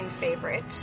favorite